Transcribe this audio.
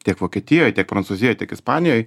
tiek vokietijoj tiek prancūzijoj tiek ispanijoj